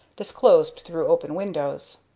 disclosed through open windows.